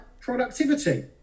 productivity